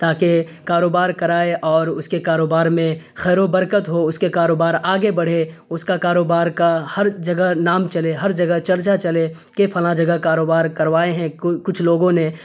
تاکہ کاروبار کرائے اور اس کے کاروبار میں خیر و برکت ہو اس کے کاروبار آگے بڑھے اس کا کاروبار کا ہر جگہ نام چلے ہر جگہ چرچا چلے کہ فلاں جگہ کاروبار کروائے ہیں کچھ لوگوں نے